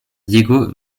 diego